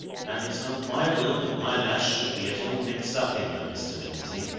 and it's not my will that my lass should be at all mixed up in them, mr. lindsey!